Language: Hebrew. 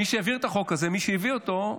מי שהעביר את החוק, מי שהביא אותו,